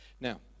Now